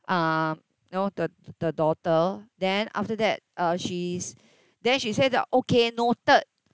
um you know the the daughter then after that uh she's then she say that okay noted